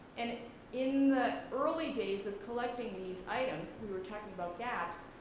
and in the early days of collecting these items, we were talking about gaps,